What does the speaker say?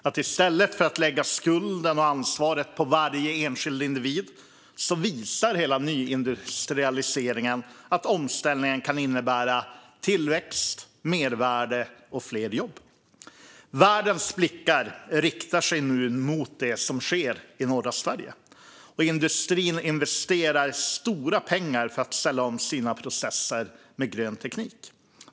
I stället för att lägga skulden och ansvaret på varje enskild individ visar hela nyindustrialiseringen att omställningen kan innebära tillväxt, mervärde och fler jobb. Världens blickar riktar sig nu mot det som sker i norra Sverige. Industrin investerar stora pengar för att ställa om sina processer med grön teknik.